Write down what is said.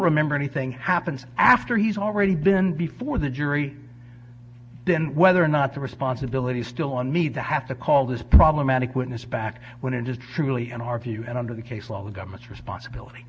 remember anything happens after he's already been before the jury then whether or not the responsibility is still on me to have to call this problematic witness back when it is truly in our view and under the case law the government's responsibility